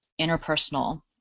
interpersonal